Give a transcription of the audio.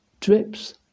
drips